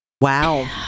wow